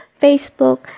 Facebook